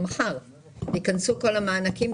מחר ייכנסו כל המענקים.